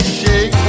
shake